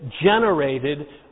generated